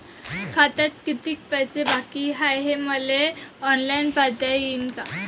खात्यात कितीक पैसे बाकी हाय हे मले ऑनलाईन पायता येईन का?